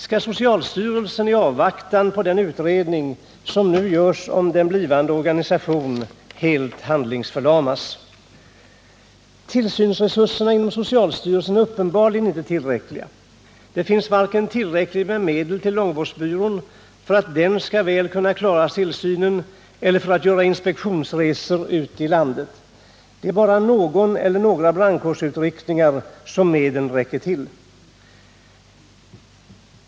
Skall socialstyrelsen i avvaktan på den utredning som nu pågår om den blivande organisationen helt handlingsförlamas? Tillsynsresurserna inom socialstyrelsen är uppenbarligen inte tillräckliga. Det finns inte tillräckligt med medel till långvårdsbyrån för att den väl skall kunna klara tillsynen eller kunna göra inspektionsresor ute i landet. Det är bara någon eller några brandkårsutryckningar som medlen räcker till.